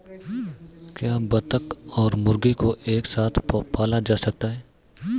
क्या बत्तख और मुर्गी को एक साथ पाला जा सकता है?